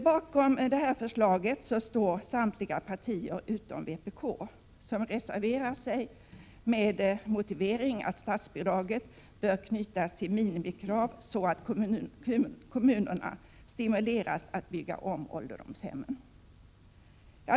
Bakom förslaget står samtliga partier utom vpk, som reserverar sig med motiveringen att statsbidraget bör knytas till vissa minimikrav så att kommunerna stimuleras att bygga om ålderdomshemmen.